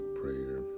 prayer